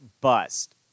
bust